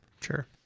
Sure